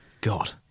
god